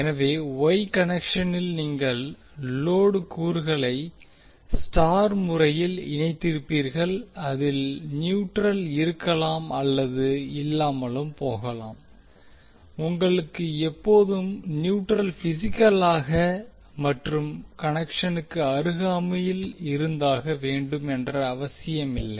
எனவே வொய் கன்னெக்க்ஷனில் நீங்கள் லோடு கூறுகளை ஸ்டார் முறையில் இணைத்திருப்பீர்கள் அதில் நியூட்ரல் இருக்கலாம் அல்லது இல்லாமலும் போகலாம் உங்களுக்கு எப்போதும் நியூட்ரல் பிசிக்கலாக மற்றும் கனெக்ஷனுக்கு அருகாமையில் இருந்தாக வேண்டும் என்ற அவசியமில்லை